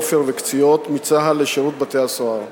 "עופר" ו"קציעות" מצה"ל לשירות בתי-הסוהר.